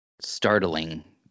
startling